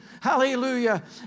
Hallelujah